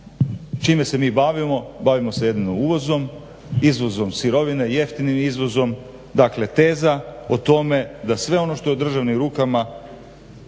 Čime se mi bavimo? Bavimo se jedinom uvozom, izvozom sirovine, jeftinim izvozom. Dakle teza o tome da sve ono što je u državnim rukama,